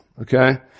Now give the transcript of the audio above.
Okay